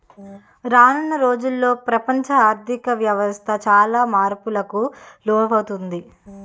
రానున్న రోజుల్లో ప్రపంచ ఆర్ధిక వ్యవస్థ చాలా మార్పులకు లోనవుతాది